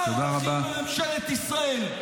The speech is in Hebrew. שר בכיר בממשלת ישראל.